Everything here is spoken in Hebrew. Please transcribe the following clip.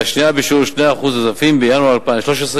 והשנייה בשיעור 2% נוספים בינואר 2013,